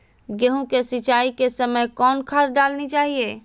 गेंहू के सिंचाई के समय कौन खाद डालनी चाइये?